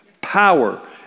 Power